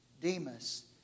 Demas